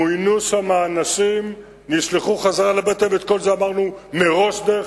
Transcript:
מוינו שם אנשים, נשלחו חזרה לבתיהם, דרך אגב,